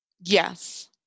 Yes